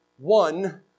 One